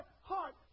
heart